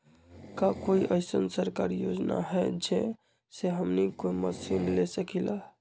का कोई अइसन सरकारी योजना है जै से हमनी कोई मशीन ले सकीं ला?